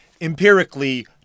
empirically